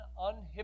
unhypocritical